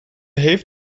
heeft